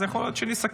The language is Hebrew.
אז יכול להיות שנסכם,